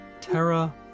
Terra